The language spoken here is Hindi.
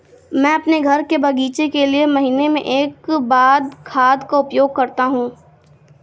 मैं अपने घर के बगीचे के लिए महीने में एक बार खाद का उपयोग करता हूँ